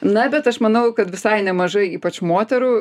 na bet aš manau kad visai nemažai ypač moterų